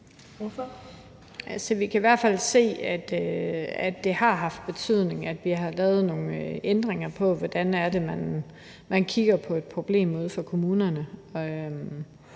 Vi kan i hvert fald se, at det har haft betydning, at vi har lavet nogle ændringer, i forhold til hvordan man kigger på et problem ude i kommunerne.